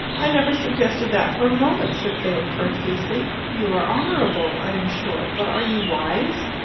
i never suggested that for a moment, said philip courteously. you are honourable, i am sure but are you wise?